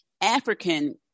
African